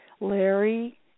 Larry